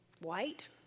White